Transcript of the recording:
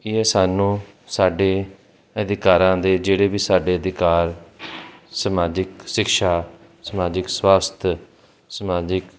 ਇਹ ਸਾਨੂੰ ਸਾਡੇ ਅਧਿਕਾਰਾਂ ਦੇ ਜਿਹੜੇ ਵੀ ਸਾਡੇ ਅਧਿਕਾਰ ਸਮਾਜਿਕ ਸਿੱਖਿਆ ਸਮਾਜਿਕ ਸਵਾਸਥ ਸਮਾਜਿਕ